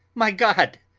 my god,